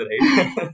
right